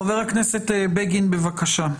חבר הכנסת בגין, בבקשה.